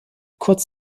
kurz